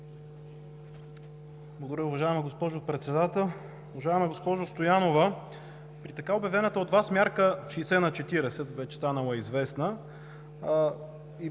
Благодаря Ви, уважаема госпожо Председател. Уважаема госпожо Стоянова, при така обявената от Вас мярка 60:40, вече станала известна,